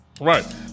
Right